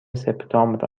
سپتامبر